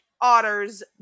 Otter's